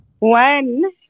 One